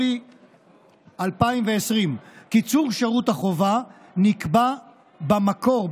לדחות ל-1 ביולי 2024 את קיצור שירות החובה שנקבע בשנת